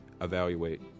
evaluate